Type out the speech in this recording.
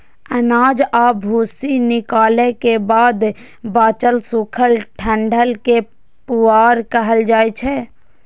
अनाज आ भूसी निकालै के बाद बांचल सूखल डंठल कें पुआर कहल जाइ छै